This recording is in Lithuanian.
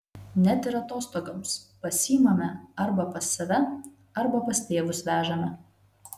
net ir atostogoms pasiimame arba pas save arba pas tėvus vežame